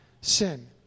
sin